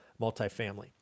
multifamily